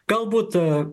gal būt